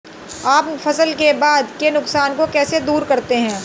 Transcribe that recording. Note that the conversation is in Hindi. आप फसल के बाद के नुकसान को कैसे दूर करते हैं?